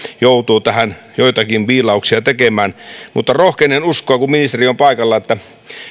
joutuu tähän joitakin viilauksia tekemään mutta rohkenen uskoa kun ministeri on paikalla että